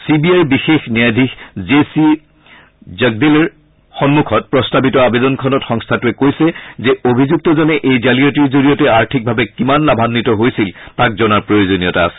চিবিআইৰ বিশেষ ন্যায়াধীশ জে চি জগদেলৰ সন্মুখত প্ৰস্তাৱিত আবেদনখনত সংস্থাটোৱে কৈছে যে অভিযুক্তজনে এই জালিয়াতিৰ জৰিয়তে আৰ্থিকভাৱে কিমান লাভাগ্বিত হৈছিল তাক জনাৰ প্ৰয়োজনীয়তা আছে